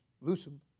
Loosen